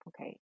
Okay